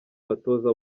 abatoza